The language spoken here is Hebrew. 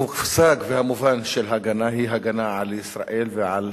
המושג והמובן של הגנה הוא הגנה על ישראל ועל